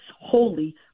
holy